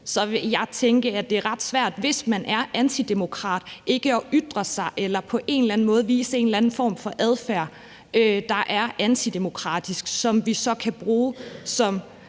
år, vil jeg tænke, at det er ret svært, hvis man er antidemokrat, ikke at ytre sig eller på en eller anden måde vise en eller anden form for adfærd, der er antidemokratisk, og som vi så kan bruge som